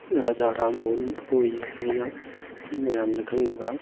ꯔꯥꯖꯥ ꯔꯥꯝ ꯃꯣꯍꯟ ꯔꯣꯏ ꯍꯥꯏꯅ ꯃꯌꯥꯝꯅ ꯈꯪꯅꯕ